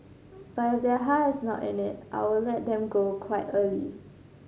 but if their heart is not in it I will let them go quite early